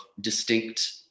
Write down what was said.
distinct